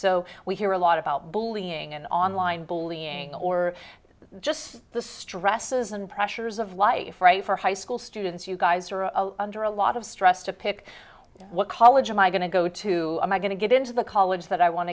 so we hear a lot about bullying and online bull being or just the stresses and pressures of life right for high school students you guys are under a lot of stress to pick what college am i going to go to my going to get into the college that i want